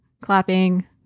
clapping